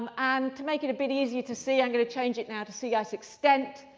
and to make it a bit easier to see, i'm going to change it now to sea ice extent.